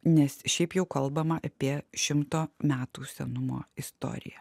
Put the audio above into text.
nes šiaip jau kalbama apie šimto metų senumo istoriją